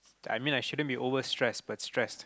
I mean I shouldn't be over stress but stressed